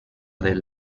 del